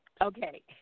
okay